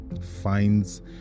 finds